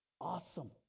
awesome